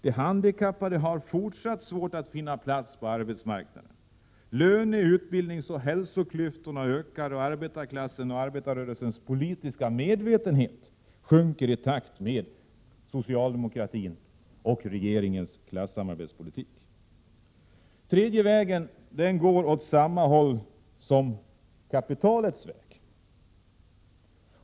De handikappade har fortsatt svårt att finna en plats på arbetsmarknaden. Löne-, utbildningsoch hälsoklyftorna ökar, och arbetarklassens och arbetarrörelsens politiska medvetenhet minskar i takt med socialdemokratins och regeringens klassamarbetspolitik. Den tredje vägen går åt samma håll som kapitalets väg.